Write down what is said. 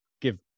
give